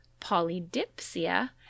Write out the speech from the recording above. polydipsia